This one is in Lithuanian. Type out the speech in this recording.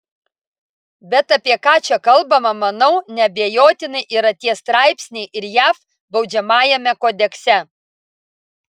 bet apie ką čia kalbama manau neabejotinai yra tie straipsniai ir jav baudžiamajame kodekse